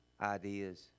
ideas